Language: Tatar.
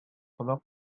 колак